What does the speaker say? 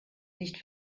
nicht